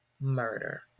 murder